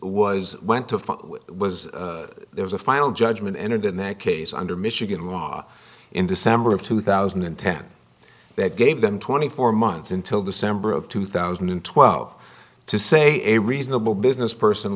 was went to was there was a final judgment entered in that case under michigan law in december of two thousand and ten that gave them twenty four months until december of two thousand and twelve to say a reasonable business person